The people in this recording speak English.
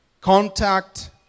contact